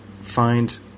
find